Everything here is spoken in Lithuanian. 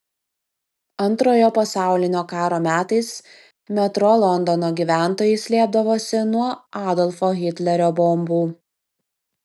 antrojo pasaulinio karo metais metro londono gyventojai slėpdavosi nuo adolfo hitlerio bombų